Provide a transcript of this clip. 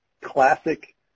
classic